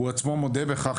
הוא בעצמו מודה בכך,